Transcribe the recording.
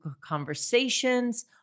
conversations